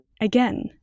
Again